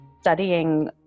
studying